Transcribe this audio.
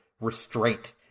restraint